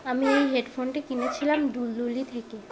আমি এই হেডফোনটি কিনেছিলাম দুলদুলি থেকে